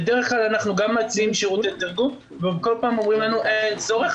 בדרך כלל אנחנו גם מציעים שירותי תרגום וכל פעם אומרים לנו: אין צורך,